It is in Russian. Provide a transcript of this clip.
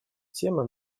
тема